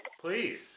Please